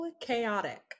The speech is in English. chaotic